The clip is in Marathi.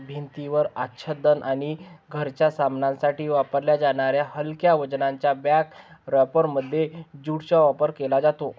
भिंतीवर आच्छादन आणि घराच्या सामानासाठी वापरल्या जाणाऱ्या हलक्या वजनाच्या बॅग रॅपरमध्ये ज्यूटचा वापर केला जातो